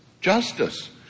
Justice